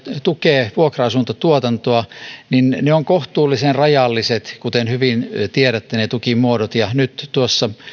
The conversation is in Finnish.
tukee vuokra asuntotuotantoa ne tukimuodot ovat kohtuullisen rajalliset kuten hyvin tiedätte nyt tuossa